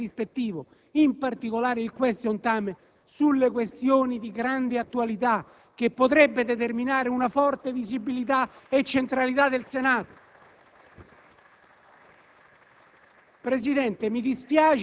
Non viene neppure esaltato lo strumento del sindacato ispettivo, in particolare il *question time* su questioni di grande attualità, che potrebbe determinare una forte visibilità e centralità del Senato.